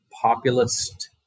populist